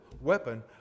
weapon